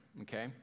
okay